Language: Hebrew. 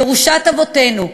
ירושת אבותינו,